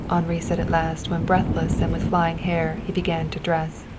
henri said at last when, breathless and with flying hair, he began to dress.